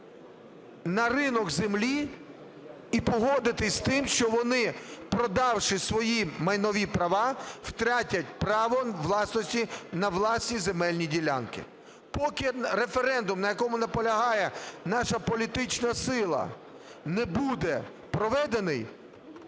на ринок землі і погодитись з тим, що вони, продавши свої майнові права, втратять право власності на власні земельні ділянки. Поки референдум, на якому наполягає наша політична сила, не буде проведений,